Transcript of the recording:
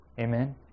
Amen